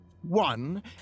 one